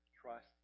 trust